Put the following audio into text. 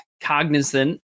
cognizant